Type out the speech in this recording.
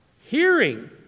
hearing